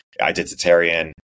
identitarian